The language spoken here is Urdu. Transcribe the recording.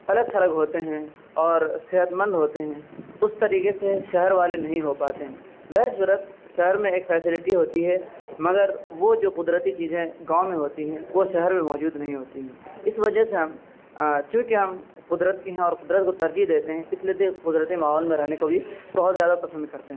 الگ تھلگ ہوتے ہیں اور صحت مند ہوتے ہیں اس طریقے سے شہر والے نہیں ہو پاتے بہر صورت شہر میں ایک فیسلٹی ہوتی ہے مگر وہ جو قدرتی چیزیں گاؤں میں ہوتی ہیں وہ شہر میں موجود نہیں ہوتیں اس وجہ سے ہم چونکہ ہم قدرت کے ہیں اور قدرت کو ترجیح دیتے ہیں اس لیے تو یہ قدرتی ماحول میں رہنے کو بھی بہت زیادہ پسند کرتے ہیں